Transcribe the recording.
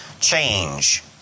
change